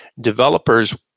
Developers